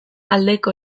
aldeko